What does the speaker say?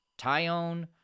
Tyone